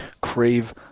crave